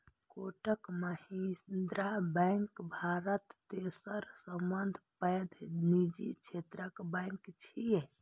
Kotak Mahindra bank Bharat तेसर सबसं पैघ निजी क्षेत्रक बैंक छियै